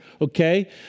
okay